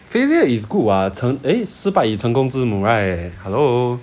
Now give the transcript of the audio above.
failure is good [what] 成 eh 失败成功之母 right hello